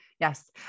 Yes